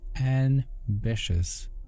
ambitious